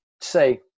Say